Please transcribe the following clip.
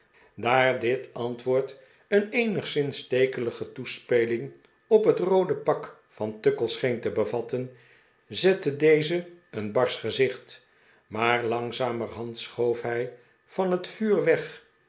daar dit antwoord een eenigszins stekelige toespeling op het roode pak van tuckle scheen te bevatten zette deze een barsch gezicht maar langzamerhand schoof hij van het vuur weg